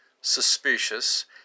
suspicious